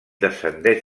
descendeix